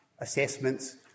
assessments